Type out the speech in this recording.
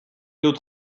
dut